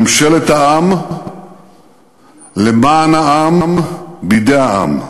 ממשלת העם למען העם בידי העם.